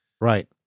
right